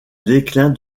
déclin